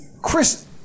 Chris